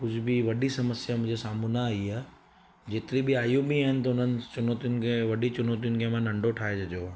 कुझु बि वॾी समस्या मुंहिंजे साम्हूं न आई आहे जेतिरी बि आयूं बि आहिनि त उन्हनि चुनौतियुनि खे वॾी चुनौतियुनि खे मां नंढो ठाहे छॾियो आहे